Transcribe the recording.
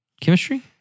Chemistry